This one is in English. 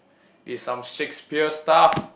is some Shakespeare stuff